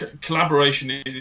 collaboration